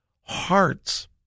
hearts